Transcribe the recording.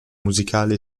musicale